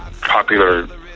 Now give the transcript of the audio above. popular